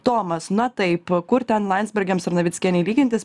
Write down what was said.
tomas na taip kur ten landsbergiams ir navickienei lygintis